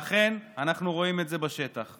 ואכן, אנחנו רואים את זה בשטח.